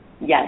yes